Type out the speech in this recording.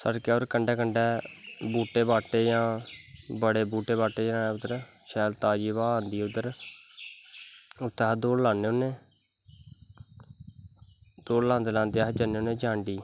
सड़क ऐ और कंढै कंढै बहूटे बाह्टे जां बड़े बहूटे बाह्टे ऐं उद्दर शै ताज़ी हवा आंदी उध्दर उत्थैं अस दौड़ लान्ने होने दौड़ लांदे लांदे अस जन्ने होने जांडी